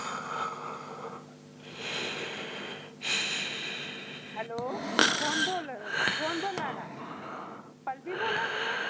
hello कुन्न बोल्ला कुन्न बोल्ला दा पल्लवी बोल्ला दी ऐ